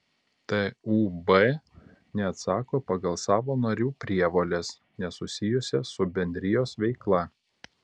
tūb neatsako pagal savo narių prievoles nesusijusias su bendrijos veikla